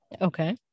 Okay